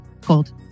Cold